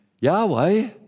Yahweh